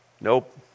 nope